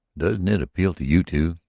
doesn't it appeal to you, too?